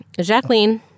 Jacqueline